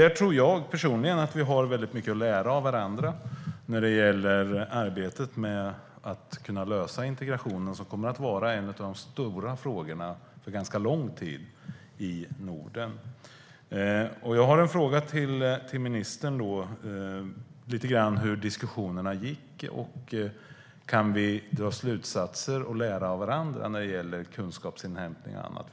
Jag tror personligen att vi har mycket att lära av varandra när det gäller arbetet med att klara integrationen, vilket kommer att vara en av de stora frågorna under ganska lång tid i Norden. Jag har en fråga till ministern om hur diskussionerna gick. Kan vi dra slutsatser och lära av varandra när det gäller kunskapsinhämtning och annat?